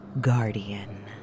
guardian